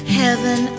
heaven